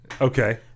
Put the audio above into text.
Okay